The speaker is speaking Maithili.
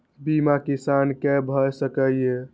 बीमा किसान कै भ सके ये?